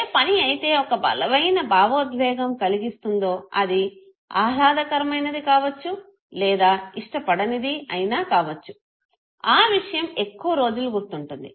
ఏ పని అయితే ఒక బలమైన భావోద్వేగం కలిగిస్తుందో అది ఆహ్లాదకరమైనది కావచ్చు లేదా ఇష్టపడనిది అయినా కావచ్చు ఆ విషయం ఎక్కువ రోజులు గుర్తుంటుంది